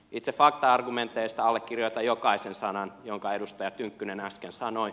itse fakta argumenteista allekirjoitan jokaisen sanan jonka edustaja tynkkynen äsken sanoi